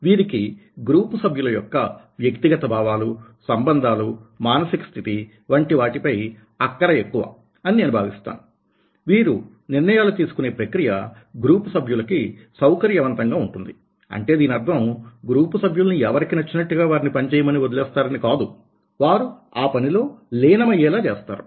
వీరికి గ్రూపు సభ్యుల యొక్క వ్యక్తిగత భావాలు సంబంధాలు మానసిక స్థితి వంటివాటిపై అక్కర ఎక్కువ అని నేను భావిస్తాను వీరు నిర్ణయాలు తీసుకునే ప్రక్రియ గ్రూప్ సభ్యులకి సౌకర్యవంతంగా ఉంటుంది అంటే దీని అర్థం గ్రూపు సభ్యులు ని ఎవరికి నచ్చినట్లుగా వారిని పని చేయమని వదిలి వేస్తారని కాదు వారు ఆ పనిలో లీనమయ్యేలా చేస్తారు